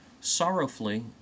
Sorrowfully